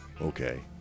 okay